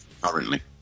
currently